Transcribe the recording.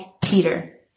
Peter